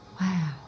Wow